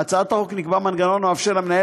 בהצעת החוק נקבע מנגנון המאפשר למנהל